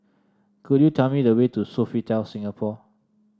could you tell me the way to Sofitel Singapore